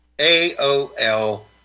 A-O-L